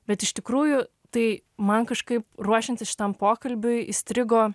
bet iš tikrųjų tai man kažkaip ruošiantis šitam pokalbiui įstrigo